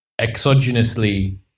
exogenously